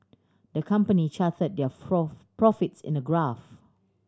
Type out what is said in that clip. the company charted their profits in a graph